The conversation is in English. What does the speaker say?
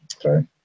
sorry